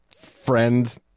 friend